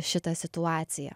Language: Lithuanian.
šitą situaciją